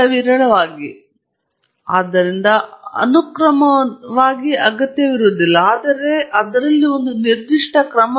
ಆದ್ದರಿಂದ ನೀವು ಅಂದಾಜು ಸಿದ್ಧಾಂತದಲ್ಲಿ ಮತ್ತಷ್ಟು ಕೆಳಗೆ ಹೋದರೆ ಅಂಕಿ ಅಂಶ ಮತ್ತು ಅಂದಾಜುದಾರರ ನಡುವಿನ ವ್ಯತ್ಯಾಸವನ್ನು ನೀವು ಹೆಚ್ಚು ಚರ್ಚೆಯನ್ನು ನೋಡುತ್ತೀರಿ ಆದರೆ ಗಣಿತದ ಕಾರ್ಯಾಚರಣೆಯಂತೆ ಎರಡೂ ಅಕ್ಷಾಂಶದ ಗಣಿತದ ಕಾರ್ಯಗಳಾಗಿವೆ